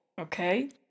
Okay